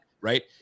Right